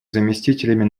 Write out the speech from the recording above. заместителями